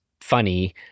funny